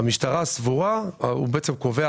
המשטרה סבורה, הוא בעצם קובע